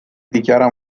dichiara